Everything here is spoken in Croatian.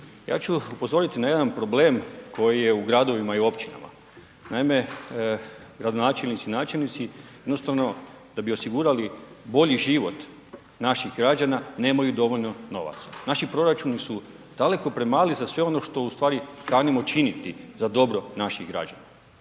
Ja ću upozoriti na jedan problem koji je u gradovima i općinama. Naime, gradonačelnici i načelnici jednostavno da bi osigurali bolji život naših građana nemaju dovoljno novaca. Naši proračuni su daleko premali za sve ono što ustvari kanimo činiti za dobro naših građana.